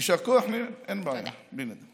יישר כוח, אין בעיה, בלי נדר.